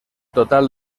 total